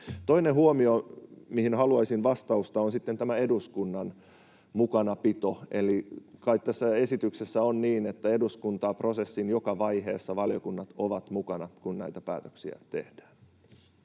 Toinen huomio, mihin haluaisin vastausta, on sitten tämä eduskunnan mukanapito. Eli kai tässä esityksessä on niin, että eduskuntaprosessin joka vaiheessa valiokunnat ovat mukana, kun näitä päätöksiä tehdään?